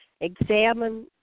examine